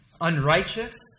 unrighteous